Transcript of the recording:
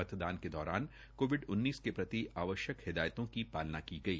मतदान के दौरान कोविड प्रति आवश्यक हिदायतों की शालना की गई